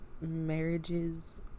marriages